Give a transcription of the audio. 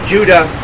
Judah